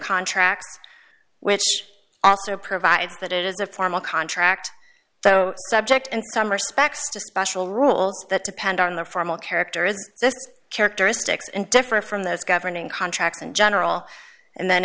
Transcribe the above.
contracts which also provides that it is a formal contract so subject in some respects to special rules that depend on the formal character is this characteristics and different from those governing contracts in general and then